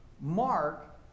Mark